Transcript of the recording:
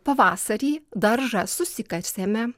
pavasarį daržą susikasėme